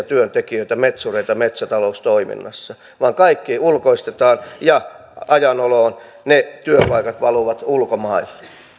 työntekijöitä metsureita metsätaloustoiminnassa vaan kaikki ulkoistetaan ja ajan oloon ne työpaikat valuvat ulkomaille